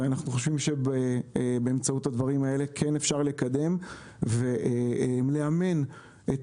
אנחנו חושבים שבאמצעות הדברים האלה כן אפשר לקדם ולאמן את